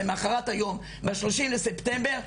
למחרת היום ב-30 לספטמבר,